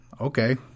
okay